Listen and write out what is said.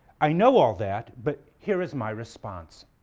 i know all that but here is my response.